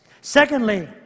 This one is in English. Secondly